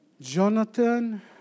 Jonathan